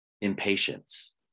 impatience